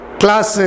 class